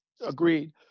agreed